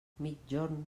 migjorn